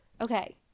Okay